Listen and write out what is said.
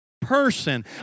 Person